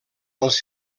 als